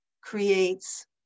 creates